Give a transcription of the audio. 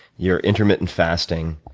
you're intermittent fasting.